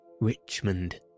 Richmond